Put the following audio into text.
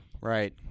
Right